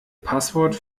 passwort